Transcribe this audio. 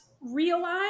realize